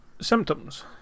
Symptoms